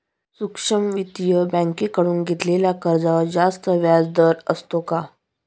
सूक्ष्म वित्तीय बँकेकडून घेतलेल्या कर्जावर जास्त व्याजदर असतो का?